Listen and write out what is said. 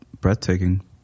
breathtaking